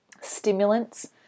stimulants